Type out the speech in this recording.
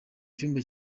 cyumba